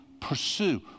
pursue